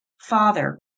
Father